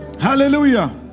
Hallelujah